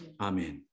Amen